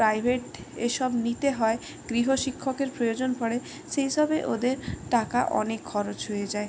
private এসব নিতে হয় গৃহ শিক্ষকের প্রয়োজন পড়ে সেই সবে ওদের টাকা অনেক খরচ হয়ে যায়